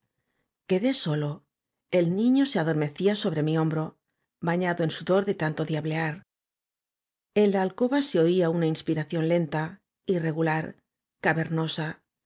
quedé solo el niño se adormecía sobre mi hombro bañado en sudor de tanto diablear la s i r e n la alcoba se oía una inspiración lenta irregular cavernosa